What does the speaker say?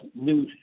new